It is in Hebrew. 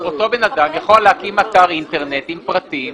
אותו בן אדם יכול להקים אתר אינטרנט עם פרטים,